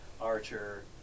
Archer